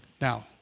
Now